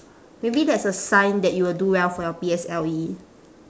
maybe that's a sign that you will do well for your P_S_L_E